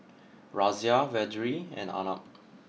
Razia Vedre and Arnab